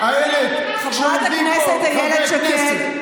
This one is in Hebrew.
כשעומדים פה, נו, מספיק.